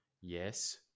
yes